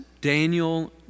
Daniel